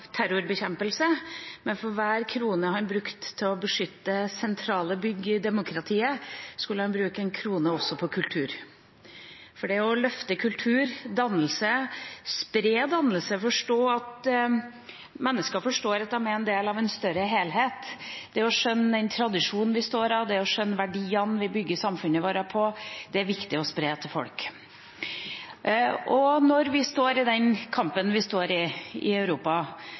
terrorbekjempelse, men for hver krone han brukte til å beskytte sentrale bygg i demokratiet, skulle han også bruke en krone på kultur. Det å løfte kultur og dannelse, spre dannelse, forstå at mennesker er del av en større helhet, det å skjønne den tradisjonen vi står i, det å skjønne verdiene vi bygger samfunnet vårt på, er viktig å spre til folk. Når vi står i den kampen vi står i, i Europa